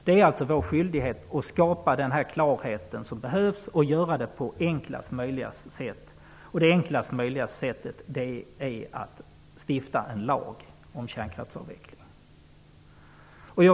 Det är vår skyldighet att skapa den klarhet som behövs och att göra det på enklast möjliga sätt. Det enklast möjligaste sättet är att stifta en lag om kärnkraftsavveckling.